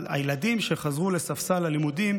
אבל הילדים שחזרו לספסל הלימודים,